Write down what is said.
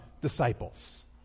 disciples